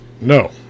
no